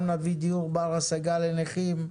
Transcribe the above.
גם נביא דיור בר השגה לנכים.